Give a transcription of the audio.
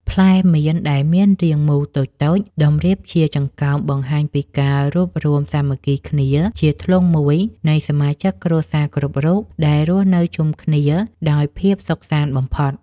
ផ្លែមៀនដែលមានរាងមូលតូចៗតម្រៀបជាចង្កោមបង្ហាញពីការរួបរួមសាមគ្គីគ្នាជាធ្លុងមួយនៃសមាជិកគ្រួសារគ្រប់រូបដែលរស់នៅជុំគ្នាដោយភាពសុខសាន្តបំផុត។